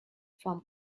from